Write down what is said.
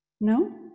No